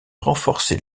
renforcer